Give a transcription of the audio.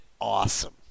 awesome